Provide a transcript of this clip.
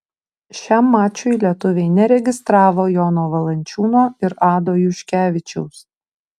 šiam mačui lietuviai neregistravo jono valančiūno ir ado juškevičiaus